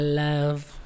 love